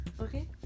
Okay